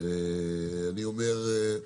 אני אומר,